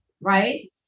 right